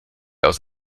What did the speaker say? aus